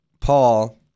Paul